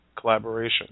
collaboration